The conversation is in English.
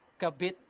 kabit